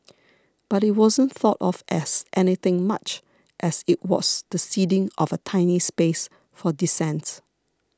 but it wasn't thought of as anything much as it was the ceding of a tiny space for dissent